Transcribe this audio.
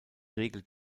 regelt